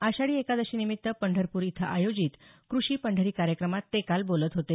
आषाढी एकादशी निमित्त पंढरपूर इथं आयोजित कृषी पंढरी कार्यक्रमात ते काल बोलत होते